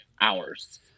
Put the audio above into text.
hours